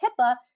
HIPAA